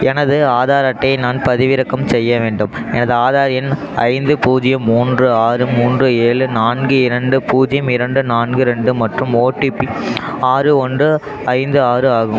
எனது ஆதார் அட்டையை நான் பதிவிறக்கம் செய்ய வேண்டும் எனது ஆதார் எண் ஐந்து பூஜ்யம் மூன்று ஆறு மூன்று ஏழு நான்கு இரண்டு பூஜ்யம் இரண்டு நான்கு இரண்டு மற்றும் ஓடிபி ஆறு ஒன்று ஐந்து ஆறு ஆகும்